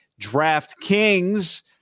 DraftKings